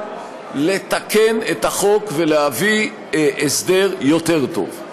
לתקן את החוק ולהביא הסדר יותר טוב.